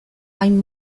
hain